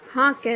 हाँ कैसे